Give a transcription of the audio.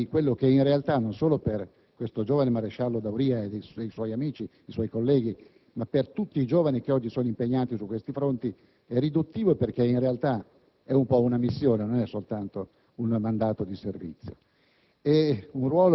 nei confronti di quella che in realtà - non solo per il giovane maresciallo D'Auria ed i suoi colleghi, ma per tutti i giovani che oggi sono impegnati su questi fronti - è un po' una missione, non è soltanto un mandato di servizio.